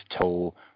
toll